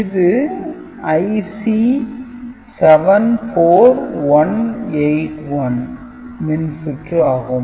இது IC 74181 மின் சுற்று ஆகும்